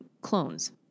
clones